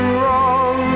wrong